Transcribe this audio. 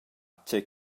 tgei